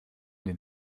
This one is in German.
den